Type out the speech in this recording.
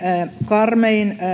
karmein